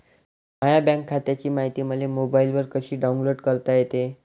माह्या बँक खात्याची मायती मले मोबाईलवर कसी डाऊनलोड करता येते?